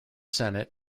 senate